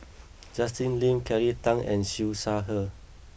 Justin Lean Kelly Tang and Siew Shaw Her